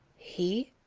he?